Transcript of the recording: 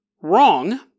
wrong